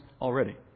already